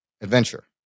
adventure